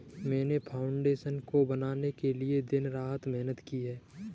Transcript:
मैंने फाउंडेशन को बनाने के लिए दिन रात मेहनत की है